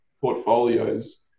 portfolios